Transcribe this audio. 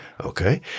okay